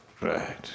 Right